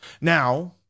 now